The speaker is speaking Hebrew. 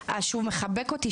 שהוא מחבק אותי,